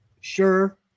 Sure